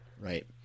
right